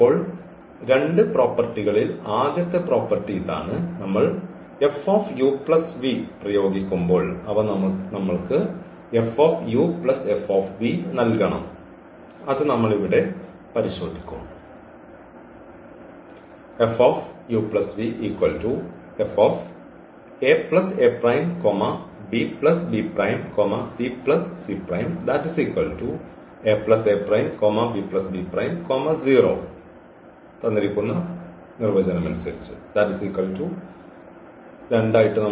ഇപ്പോൾ രണ്ട് പ്രോപ്പർട്ടികളിൽ ആദ്യത്തെ പ്രോപ്പർട്ടി ഇതാണ് നമ്മൾ പ്രയോഗിക്കുമ്പോൾ അവ നമ്മൾക്ക് നൽകണം അത് നമ്മൾ ഇവിടെ പരിശോധിക്കും